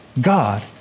God